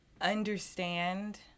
understand